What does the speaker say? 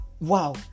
wow